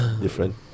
Different